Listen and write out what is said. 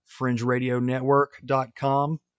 fringeradionetwork.com